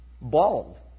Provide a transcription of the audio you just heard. bald